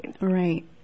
Right